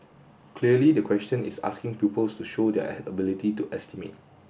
clearly the question is asking pupils to show their ability to estimate